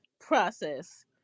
process